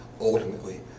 ultimately